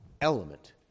element